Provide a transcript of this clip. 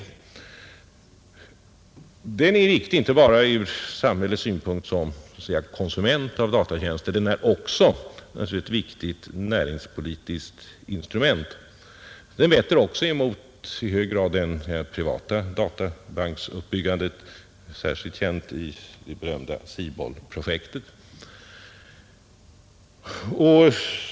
Samordningen är viktig inte bara från samhällets synpunkt såsom konsument av datatjänster utan också som näringspolitiskt instrument. Den vetter också i hög grad mot det privata databanksuppbyggandet, särskilt känt i det omtalade SIBOL-projektet.